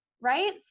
right